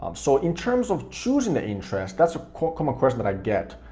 um so in terms of choosing the interest, that's a common question that i get.